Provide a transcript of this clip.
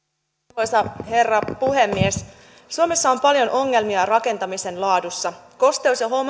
arvoisa herra puhemies suomessa on paljon ongelmia rakentamisen laadussa kosteus ja